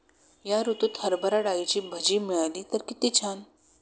या ऋतूत हरभरा डाळीची भजी मिळाली तर कित्ती छान